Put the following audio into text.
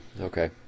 Okay